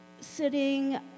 sitting